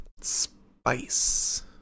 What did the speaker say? Spice